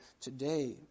today